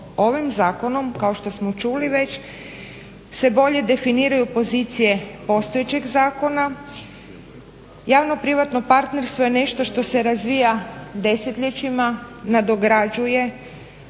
ovim zakonom kao što smo čuli već se bolje definiraju pozicije postojećeg zakona. Javno-privatno partnerstvo je nešto što se razvija desetljećima, nadograđuje.